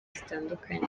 zitandukanye